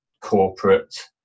corporate